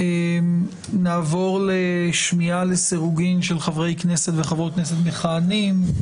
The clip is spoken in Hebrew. נעבור לשמיעה לסירוגין של חברי וחברות כנסת מכהנים,